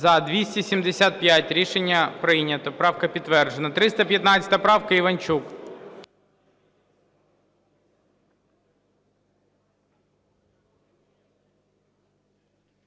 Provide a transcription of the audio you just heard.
За-275 Рішення прийнято. Правка підтверджена. 315 правка, Іванчук.